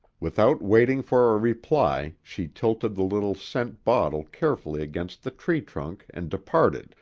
without waiting for a reply she tilted the little scent bottle carefully against the tree-trunk and departed,